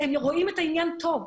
את העניין טוב,